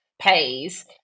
pays